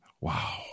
Wow